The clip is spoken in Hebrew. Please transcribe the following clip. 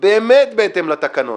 באמת בהתאם לתקנון.